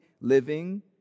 living